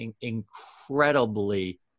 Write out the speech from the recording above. incredibly